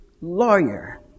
lawyer